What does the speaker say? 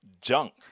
junk